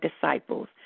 disciples